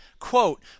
quote